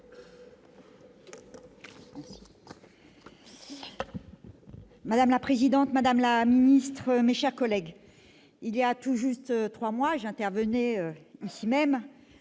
Madame la présidente, madame la ministre, mes chers collègues, il y a tout juste trois mois, j'intervenais ici même